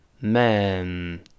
men